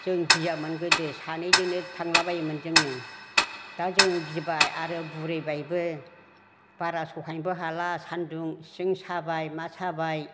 जों गियामोन गोदो सानैजोंनो थांला बायोमोन जोङो दा जोङो गिबाय आरो बुरैबायबो बारा सहायनोबो हाला सानदुं सिं साबाय मा साबाय